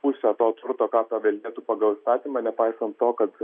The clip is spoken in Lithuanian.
pusę to turto ką paveldėtų pagal įstatymą nepaisant to kad